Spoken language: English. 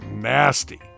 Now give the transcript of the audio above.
nasty